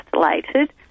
isolated